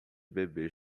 bebê